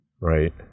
right